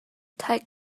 tight